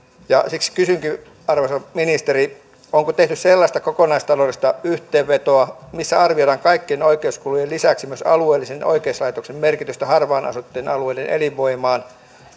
siksi kysynkin arvoisa ministeri onko tehty sellaista kokonaistaloudellista yhteenvetoa missä arvioidaan kaikkien oikeuskulujen lisäksi myös alueellisen oikeuslaitoksen merkitystä harvaan asuttujen alueiden elinvoimaan